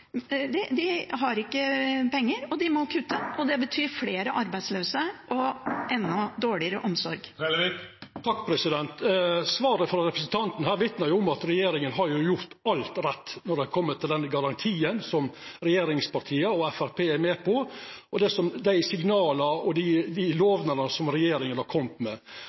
og de må kutte. Det betyr flere arbeidsløse og enda dårligere omsorg. Svaret frå representanten vitnar om at regjeringa har gjort alt rett når det gjeld garantien som regjeringspartia og Framstegspartiet er med på, og dei signala og dei lovnadene som regjeringa har kome med.